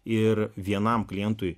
ir vienam klientui